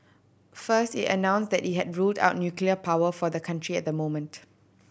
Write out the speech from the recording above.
first it announced that it had ruled out nuclear power for the country at the moment